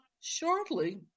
shortly